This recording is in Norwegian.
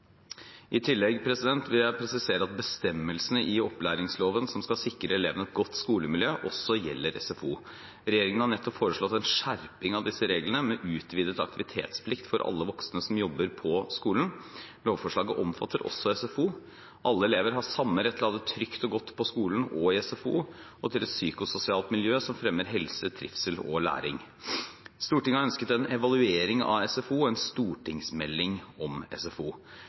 I tillegg vil jeg presisere at bestemmelsene i opplæringsloven, som skal sikre elevene et godt skolemiljø, også gjelder for SFO. Regjeringen har nettopp foreslått en skjerping av disse reglene, med utvidet aktivitetsplikt for alle voksne som jobber på skolen. Lovforslaget omfatter også SFO. Alle elever har samme rett til å ha det trygt og godt på skolen og i SFO og til et psykososialt miljø som fremmer helse, trivsel og læring. Stortinget har ønsket en evaluering av SFO og en stortingsmelding om SFO. Vi har derfor utlyst et evalueringsoppdrag om kvaliteten i SFO.